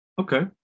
okay